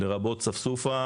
לרבות ספסופה,